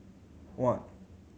one